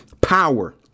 power